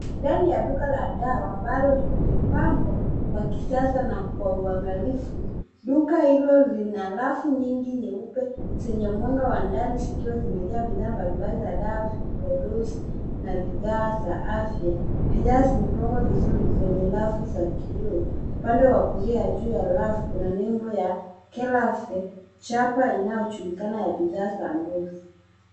Ndani ya duka la dawa ambalo limepangwa kwa kisasa na kwa uangilifu. Duka hilo lina rafu nyingi nyeupe zenye mwanga wa ndani zikiwa zimejaa mbalimbali za dawa, vipodozi na bidhaa za afya. Bidhaa zimepangwa vizuri kwenye rafu za kioo. Upande wa kulia juu ya rafu kuna nembo ya Kenraf chapa inayojulikana ya bidhaa za .